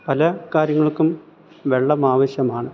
പല കാര്യങ്ങൾക്കും വെള്ളം ആവശ്യമാണ്